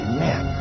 Amen